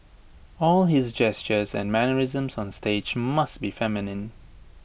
all his gestures and mannerisms on stage must be feminine